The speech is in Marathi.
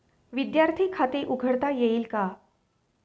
विद्यार्थी खाते उघडता येईल का?